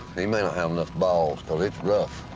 he may not have enough balls, cause it's rough.